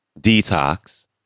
Detox